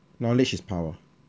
knowledge is power